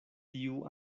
tiu